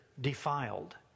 defiled